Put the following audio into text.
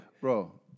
Bro